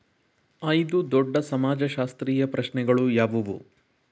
ಐದು ದೊಡ್ಡ ಸಮಾಜಶಾಸ್ತ್ರೀಯ ಪ್ರಶ್ನೆಗಳು ಯಾವುವು?